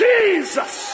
Jesus